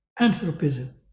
anthropism